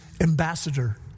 ambassador